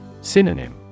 Synonym